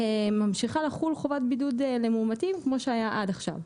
וממשיכה לחול חובת בידוד על מאומתים כמו שהיה עד עכשיו.